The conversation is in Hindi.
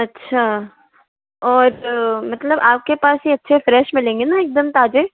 अच्छा और मतलब आपके पास ये अच्छे फ्रेश मिलेंगे न एकदम ताजे